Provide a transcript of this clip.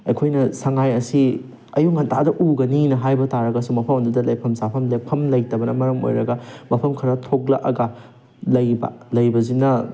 ꯑꯩꯈꯣꯏꯅ ꯁꯉꯥꯏ ꯑꯁꯤ ꯑꯌꯨꯛ ꯉꯟꯇꯥꯗ ꯎꯒꯅꯤꯅ ꯍꯥꯏꯕ ꯇꯥꯔꯒꯁꯨ ꯃꯐꯝ ꯑꯗꯨꯗ ꯂꯩꯐꯝ ꯆꯥꯐꯝ ꯂꯦꯛꯐꯝ ꯂꯩꯇꯕꯅ ꯃꯔꯝ ꯑꯣꯏꯔꯒ ꯃꯐꯝ ꯈꯔ ꯊꯣꯛꯂꯛꯑꯒ ꯂꯩꯕ ꯂꯩꯕꯁꯤꯅ